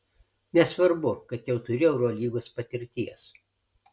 nesvarbu kad jau turiu eurolygos patirties